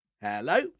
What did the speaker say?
Hello